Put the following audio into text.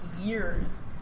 years